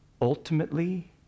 ultimately